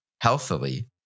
healthily